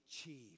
achieve